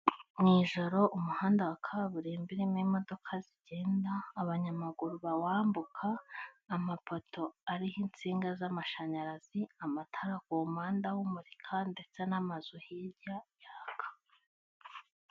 Mu ijoro umuhanda wa kaburimbo urimo imodoka zigenda abanyamaguru bawambuka amapoto ariho insinga z'amashanyarazi amatara ku muhanda awumurika ndetse n'amazu hirya yaka